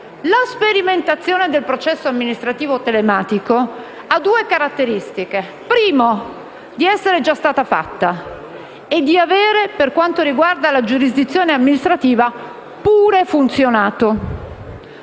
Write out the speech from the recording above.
La sperimentazione del processo amministrativo telematico ha due caratteristiche. La prima è di essere già stata fatta e di avere, per quanto riguarda la giurisdizione amministrativa, anche funzionato.